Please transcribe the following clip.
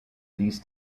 these